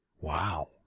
wow